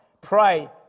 pray